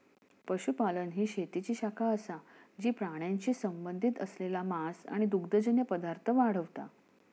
पशुपालन ही शेतीची शाखा असा जी प्राण्यांशी संबंधित असलेला मांस आणि दुग्धजन्य पदार्थ वाढवता